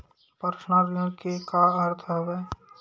Personal ऋण के का अर्थ हवय?